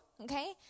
Okay